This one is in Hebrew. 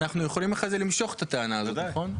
אנחנו יכולים אחרי זה למשוך את הטענה הזאת, נכון?